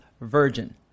virgin